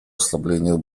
ослаблению